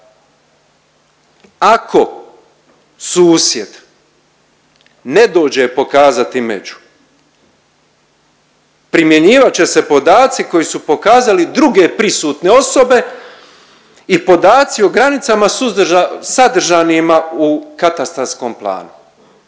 ako susjed ne dođe pokazati među primjenjivat će se podaci koji su pokazale druge prisutne osobe i podaci o granicama suzdr… sadržanima u katastarskom planu.